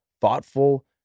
thoughtful